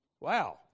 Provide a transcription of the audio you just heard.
wow